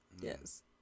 yes